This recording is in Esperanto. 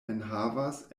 enhavas